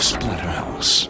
Splatterhouse